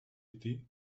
іти